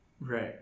Right